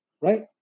right